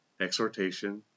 exhortation